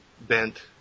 bent